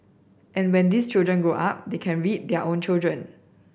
and when these children grow up they can read their children